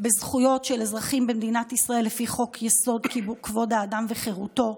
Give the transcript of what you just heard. בזכויות של אזרחים במדינת ישראל לפי חוק-יסוד: כבוד האדם וחירותו.